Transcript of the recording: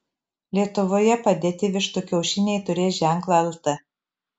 lietuvoje padėti vištų kiaušiniai turės ženklą lt